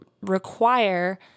require